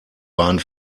waren